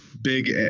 big